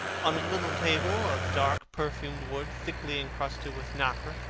on a little table of dark perfumed wood thickly incrusted with nacre,